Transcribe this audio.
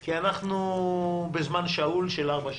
כי אנחנו בזמן שאול של ארבע שנים.